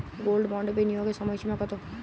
Gold বন্ডে বিনিয়োগের সময়সীমা কতো?